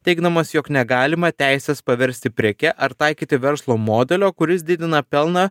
teigdamas jog negalima teisės paversti preke ar taikyti verslo modelio kuris didina pelną